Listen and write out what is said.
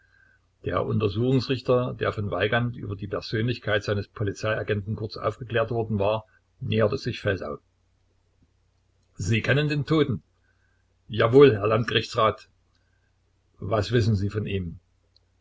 der untersuchungsrichter der von weigand über die persönlichkeit seines polizeiagenten kurz aufgeklärt worden war näherte sich feldau sie kennen den toten jawohl herr landgerichtsrat was wissen sie von ihm